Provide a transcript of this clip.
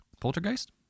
Poltergeist